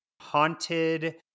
haunted